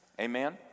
Amen